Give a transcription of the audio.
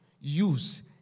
use